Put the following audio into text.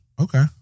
Okay